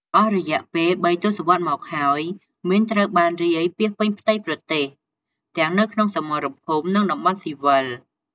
អស់រយៈពេលបីទស្សវត្សមកហើយ មីនត្រូវបានរាយពាសពេញផ្ទៃប្រទេស ទាំងនៅក្នុងសមរភូមិ និងតំបន់ស៊ីវិល។